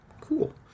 cool